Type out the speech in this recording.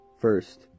First